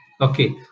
Okay